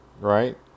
Right